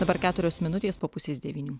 dabar keturios minutės po pusės devynių